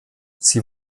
sie